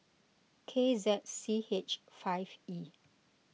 K Z C H five E